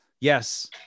yes